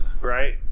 right